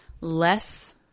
Less